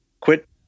quit